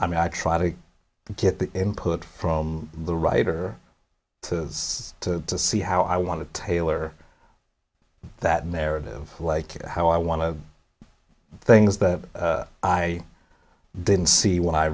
i mean i try to get the input from the writer to see how i want to tailor that narrative like how i want to things that i didn't see when i